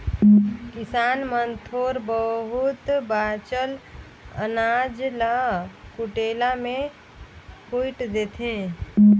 किसान मन थोर बहुत बाचल अनाज ल कुटेला मे कुइट देथे